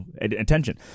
attention